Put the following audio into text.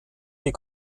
die